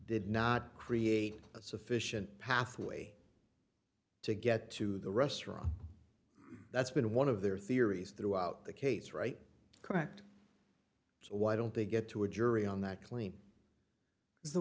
did not create a sufficient pathway to get to the restaurant that's been one of their theories throughout the case right correct so why don't they get to a jury on that cl